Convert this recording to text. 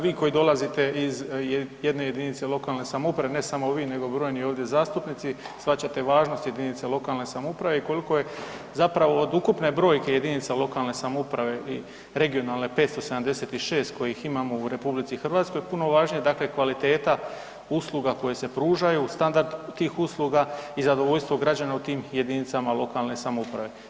Vi koji dolazite iz jedne jedinice lokalne samouprave, ne samo vi nego brojni ovdje zastupnici, shvaćate važnost jedinice lokalne samouprave i koliko je zapravo od ukupne brojke jedinica lokalne samouprave i regionalne 576 kojih imamo u RH, puno važnija dakle kvaliteta usluga koje se pružaju, standard tih usluga i zadovoljstvo građana u tim jedinicama lokalne samouprave.